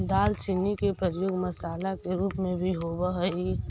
दालचीनी के प्रयोग मसाला के रूप में भी होब हई